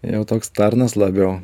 jau toks tarnas labiau